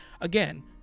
again